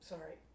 Sorry